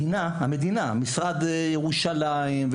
משרד ירושלים,